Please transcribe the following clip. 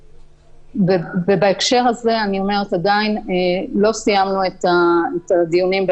בהקשר הזה עדיין לא סיימנו את הדיונים.